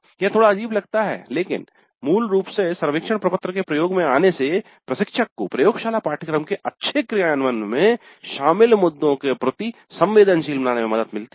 यह थोड़ा अजीब लगता है लेकिन मूल रूप से सर्वेक्षण प्रपत्र के प्रयोग में आने से प्रशिक्षक को प्रयोगशाला पाठ्यक्रम के अच्छे कार्यान्वयन में शामिल मुद्दों के प्रति संवेदनशील बनाने में मदद मिलती हैं